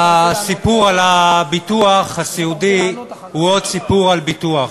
הסיפור על הביטוח הסיעודי הוא עוד סיפור על ביטוח,